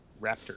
raptor